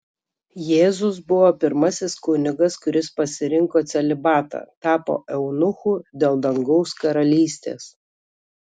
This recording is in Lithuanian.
jėzus buvo pirmasis kunigas kuris pasirinko celibatą tapo eunuchu dėl dangaus karalystės